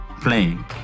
playing